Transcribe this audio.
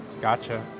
Gotcha